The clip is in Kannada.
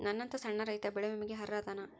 ನನ್ನಂತ ಸಣ್ಣ ರೈತಾ ಬೆಳಿ ವಿಮೆಗೆ ಅರ್ಹ ಅದನಾ?